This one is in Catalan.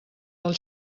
del